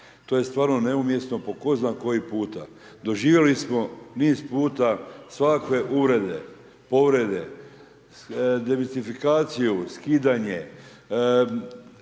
To je stvarno neumjesno po zna koji puta. Doživjeli smo niz puta svakakve uvrede, povrede, diversifikaciju, skidanje,